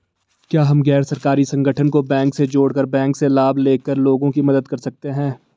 क्या हम गैर सरकारी संगठन को बैंक से जोड़ कर बैंक से लाभ ले कर लोगों की मदद कर सकते हैं?